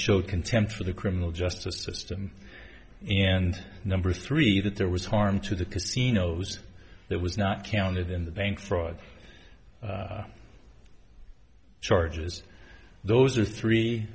showed contempt for the criminal justice system and number three that there was harm to the casinos that was not counted in the bank fraud charges those are three